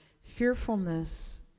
Fearfulness